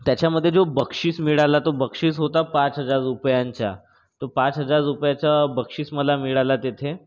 त्याच्यामध्ये जो बक्षीस मिळाला तो बक्षीस होता पाच हजार रुपयांचा तो पाच हजार रुपयाचा बक्षीस मला मिळाला तेथे